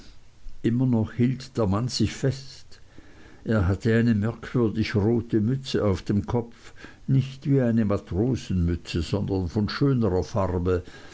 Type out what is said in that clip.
immer noch hielt der mann sich fest er hatte eine merkwürdige rote mütze auf dem kopf nicht wie eine matrosenmütze sondern von schönerer farbe